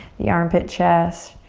the armpit chest.